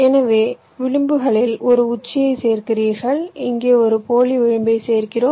எனவே விளிம்புகளில் ஒரு உச்சியைச் சேர்க்கிறீர்கள் இங்கே ஒரு போலி விளிம்பைச் சேர்க்கிறோம்